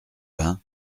vingt